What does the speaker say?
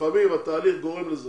לפעמים התהליך גורם לזה